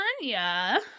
Tanya